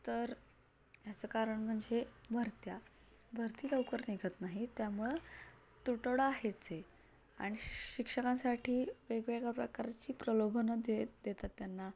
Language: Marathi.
तर ह्याचं कारण म्हणजे भरत्या भरती लवकर निघत नाही त्यामुळं तुटवडा आहेच आहे आणि शिक्षकांसाठी वेगवेगळ्या प्रकारची प्रलोभनं देत देतात त्यांना